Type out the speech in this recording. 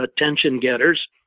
attention-getters